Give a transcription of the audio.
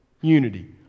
unity